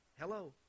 Hello